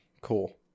Cool